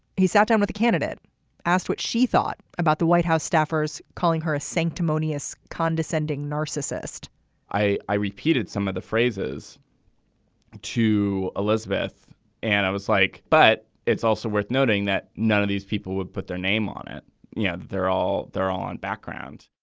he sat down with a candidate asked what she thought about the white house staffers calling her a sanctimonious condescending narcissist i i repeated some of the phrases to elizabeth and i was like but it's also worth noting that none of these people would put their name on it yeah they're all there on background.